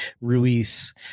Ruiz